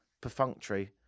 Perfunctory